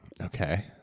Okay